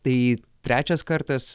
tai trečias kartas